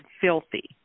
filthy